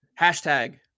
Hashtag